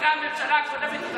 אחרי הממשלה הקודמת,